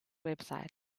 website